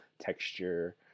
texture